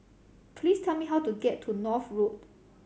please tell me how to get to North Road